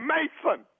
Mason